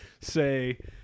say